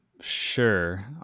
sure